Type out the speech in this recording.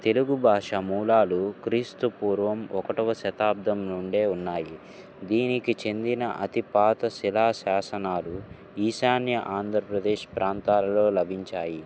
తెలుగు భాష మూలాలు క్రీస్తుపూర్వం ఒకటవ శతాబ్దం నుండే ఉన్నాయి దీనికి చెందిన అతిపాత శిలా శాసనాలు ఈశాన్య ఆంధ్రప్రదేశ్ ప్రాంతాలలో లభించాయి